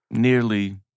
Nearly